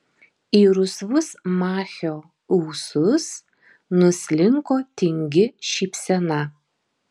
į rusvus machio ūsus nuslinko tingi šypsena